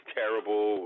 terrible